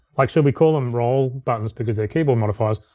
like should we call them roll buttons because they're keyboard modifiers,